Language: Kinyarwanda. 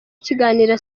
ikiganiro